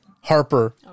Harper